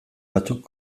batzuk